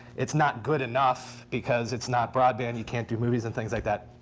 it's not good enough, because it's not broadband. you can't do movies and things like that.